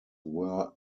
were